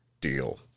Deal